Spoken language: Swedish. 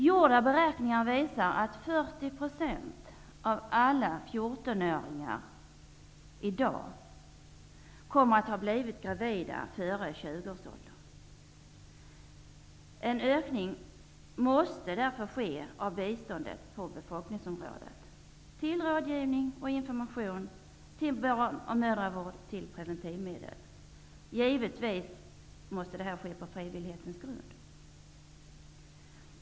Gjorda beräkningar visar att 40 % av dagens alla 14-åringar kommer att ha blivit gravida före 20 års ålder. En ökning av bistånd på befolkningsområdet måste därför ske när det gäller rådgivning, information, barn och mödravård samt preventivmedel. Detta måste givetvis ske på frivillighetens grund.